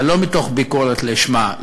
אבל לא מתוך ביקורת לשמה,